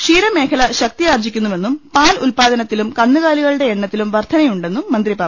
ക്ഷീരമേ ഖല ശക്തിയാർജ്ജിക്കുന്നുവെന്നും പാൽ ഉല്പാദനത്തിലും കന്നുകാലികളുടെ എണ്ണത്തിലും വർദ്ധനയുണ്ടെന്നും മന്ത്രി പറ ഞ്ഞു